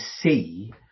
see